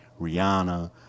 Rihanna